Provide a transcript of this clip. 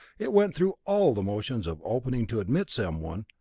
it went through all the motions of opening to admit someone,